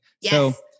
Yes